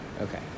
okay